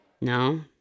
No